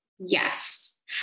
Yes